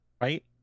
right